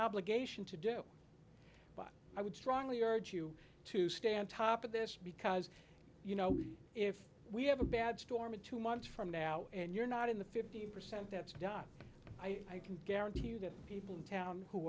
obligation to do but i would strongly urge you to stay on top of this because you know if we have a bad storm and two months from now and you're not in the fifty percent that's done i can guarantee you that people in town who